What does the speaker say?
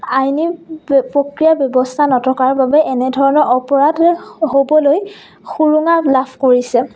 আইনী প্ৰক্ৰিয়া ব্যৱস্থা নথকাৰ বাবে এনেধৰণৰ অপৰাধ হ'বলৈ সুৰুঙা লাভ কৰিছে